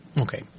Okay